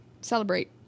celebrate